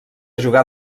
jugà